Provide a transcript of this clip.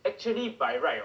actually by right